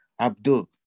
abdul